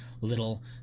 little